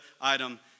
item